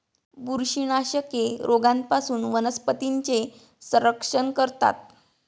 बुरशीनाशके रोगांपासून वनस्पतींचे संरक्षण करतात